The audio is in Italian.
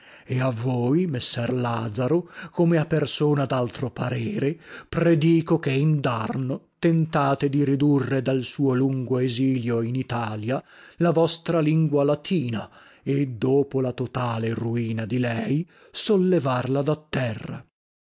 e a voi messer lazaro come a persona daltro parere predico che indarno tentate di ridurre dal suo lungo esilio in italia la vostra lingua latina e dopo la totale ruina di lei sollevarla da terra